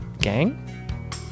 Gang